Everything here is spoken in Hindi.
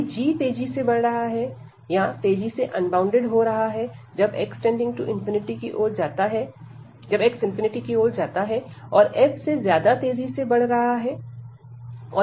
यदि g तेजी से बढ़ रहा है या तेजी से अनबॉउंडेड हो रहा है जब x→∞ की ओर जाता है और f से ज्यादा तेजी से बढ़ रहा है